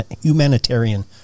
humanitarian